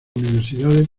universidades